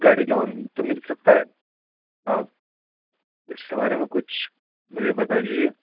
گاڑی لون تو مل سکتا ہے آپ اس کے بارے میں کچھ مجھے بتا دیجیے